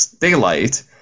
daylight